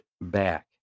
back